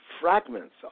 fragments